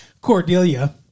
Cordelia